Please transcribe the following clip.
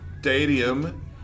stadium